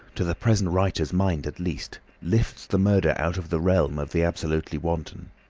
to the present writer's mind at least, lifts the murder out of the realm of the absolutely wanton.